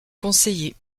conseiller